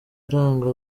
aranga